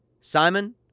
Simon